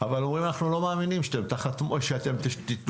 אבל הם אומרים שהם לא מאמינים שאתם תיתנו